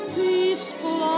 peaceful